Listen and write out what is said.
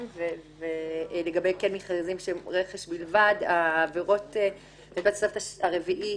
לגבי מכרזי רכש בלבד העבירות בתוספת הרביעית